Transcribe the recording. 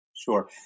Sure